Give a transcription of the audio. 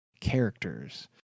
characters